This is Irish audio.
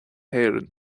héireann